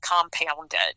compounded